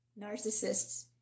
narcissists